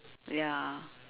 ya